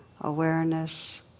awareness